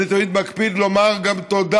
אני תמיד מקפיד גם לומר תודה,